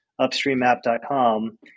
upstreamapp.com